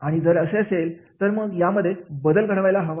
आणि जर असे असेल तर मग यामध्ये बदल घडायला हवा